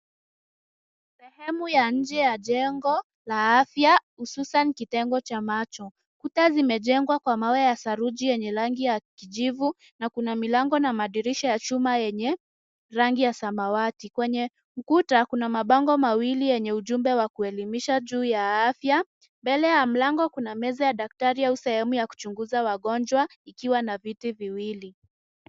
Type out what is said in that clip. Sehemu ya nje ya jengo la afya hususan kitengo cha macho. Kuta zimejengwa kwa mawe ya saruji yenye rangi ya kijivu na kuna milango na madirisha ya chuma yenye rangi ya samawati. Kwenye ukuta kuna mabango mawili yenye ujumbe wa kuelimisha juu ya afya. Mbele ya mlango kuna meza ya daktari au sehemu ya kuchunguza wagonjwa ikiwa na viti viwili.